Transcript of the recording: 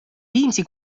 viimsi